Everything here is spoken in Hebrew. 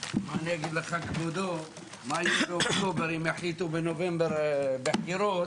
הישיבה ננעלה בשעה 10:57.